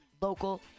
local